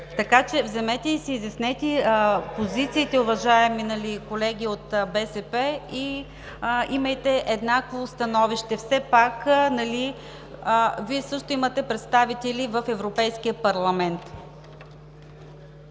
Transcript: Така че вземете и си изяснете позициите, уважаеми колеги от БСП, и имайте еднакво становище. Все пак Вие също имате представители в Европейския парламент.